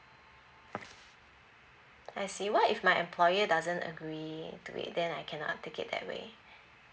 I see why if my employer doesn't agree to it then I cannot take it that way